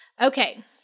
Okay